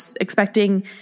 expecting